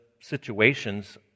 situations